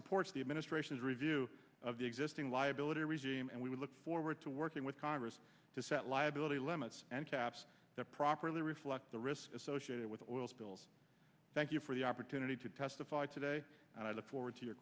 supports the administration's review of the existing liability resume and we look forward to working with congress to set liability limits and caps that properly reflect the risks associated with oil spills thank you for the opportunity to testified today and i look forward to your